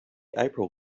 april